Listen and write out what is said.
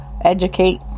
educate